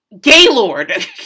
Gaylord